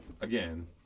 again